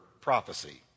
prophecy